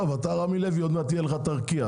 טוב אתה רמי לוי, עוד מעט יהיה לך את ארקיע.